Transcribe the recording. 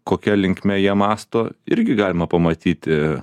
kokia linkme jie mąsto irgi galima pamatyti